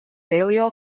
balliol